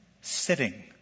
sitting